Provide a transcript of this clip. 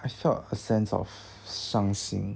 I felt a sense of 伤心